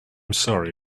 sorry